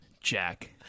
Jack